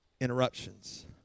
interruptions